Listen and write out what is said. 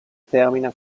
termina